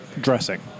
dressing